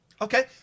Okay